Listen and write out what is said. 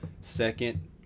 Second